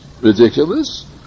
ridiculous